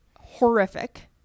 horrific